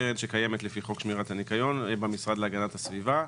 שזאת קרן שקיימת לפי חוק שמירת הניקיון במשרד להגנת הסביבה.